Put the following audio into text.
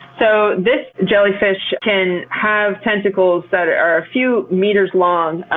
so this jellyfish can have tentacles that are a few meters long.